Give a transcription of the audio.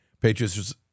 Patriots